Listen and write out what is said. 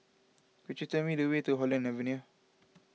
could you tell me the way to Holland Avenue